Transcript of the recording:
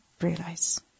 realize